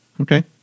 Okay